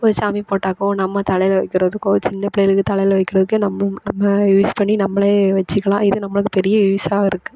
ஒரு சாமி போட்டாக்கோ நம்ம தலையில் வைக்கிறதுக்கோ சின்னப் பிள்ளைளுக்கு தலையில் வைக்கறதுக்கு நம்பளும் நம்ம யூஸ் பண்ணி நம்பளே வச்சுக்கலாம் இது நம்பளுக்கு பெரிய யூஸாக இருக்கு